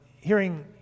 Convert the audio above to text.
hearing